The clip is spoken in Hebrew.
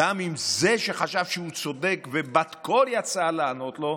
גם אם זה שחשב שהוא צודק ובת-קול יצאה לענות לו,